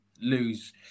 lose